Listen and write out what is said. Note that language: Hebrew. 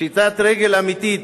פשיטת רגל אמיתית.